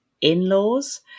in-laws